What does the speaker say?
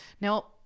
Now